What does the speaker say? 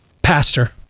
Pastor